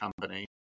company